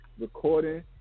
recording